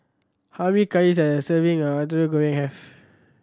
how many calorie does serving of Goreng have